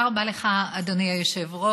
תודה רבה לך, אדוני היושב-ראש.